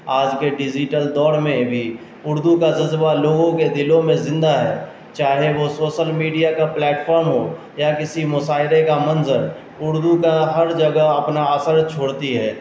آج کے ڈیزیٹل دور میں بھی اردو کا جذبہ لوگوں کے دلوں میں زندہ ہے چاہے وہ سوسل میڈیا کا پلیٹفم ہو یا کسی مشاعرے کا منظر اردو کا ہر جگہ اپنا اثر چھوڑتی ہے